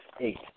eight